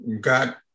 got